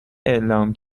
اعلام